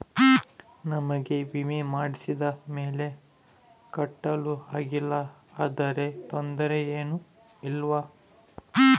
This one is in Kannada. ನಮಗೆ ವಿಮೆ ಮಾಡಿಸಿದ ಮೇಲೆ ಕಟ್ಟಲು ಆಗಿಲ್ಲ ಆದರೆ ತೊಂದರೆ ಏನು ಇಲ್ಲವಾ?